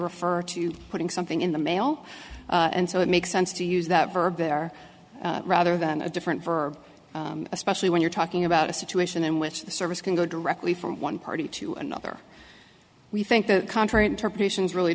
refer to putting something in the mail and so it makes sense to use that verb there rather than a different for especially when you're talking about a situation in which the service can go directly from one party to another we think the contrary interpretations really